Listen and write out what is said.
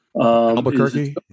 Albuquerque